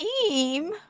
team